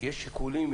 יש שיקולים,